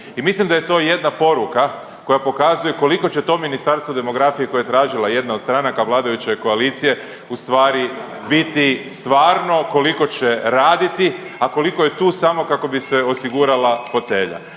mislim da je to jedna poruka koja pokazuje koliko će to Ministarstvo demografije koje je tražila jedna od stranaka vladajuće koalicije u stvari biti stvarno, koliko će raditi, a koliko je tu samo kako bi se osigurala fotelja.